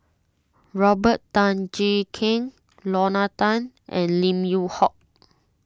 Robert Tan Jee Keng Lorna Tan and Lim Yew Hock